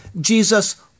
Jesus